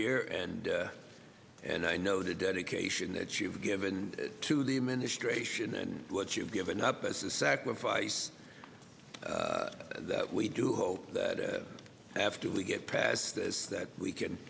year and and i know the dedication that you've given to the administration and what you've given up as a sacrifice that we do hope that after we get past this that we can